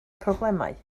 problemau